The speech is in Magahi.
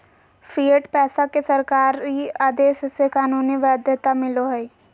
फ़िएट पैसा के सरकारी आदेश से कानूनी वैध्यता मिलो हय